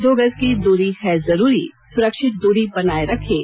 दो गज की दूरी है जरूरी सुरक्षित दूरी बनाए रखें